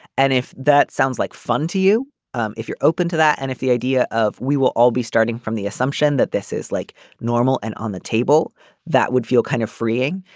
and if that sounds like fun to you um if you're open to that and if the idea of we will all be starting from the assumption that this is like normal and on the table that would feel kind of freeing.